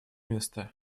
место